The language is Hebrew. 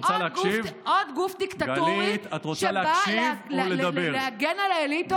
עוד גוף דיקטטורי שבא להגן על האליטות.